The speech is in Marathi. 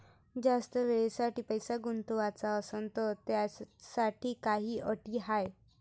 जास्त वेळेसाठी पैसा गुंतवाचा असनं त त्याच्यासाठी काही अटी हाय?